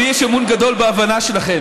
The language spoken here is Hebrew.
לי יש אמון גדול בהבנה שלכם,